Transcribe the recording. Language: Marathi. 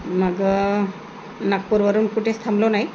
मग नागपूरवरून कुठेच थांबलो नाही